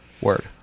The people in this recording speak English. word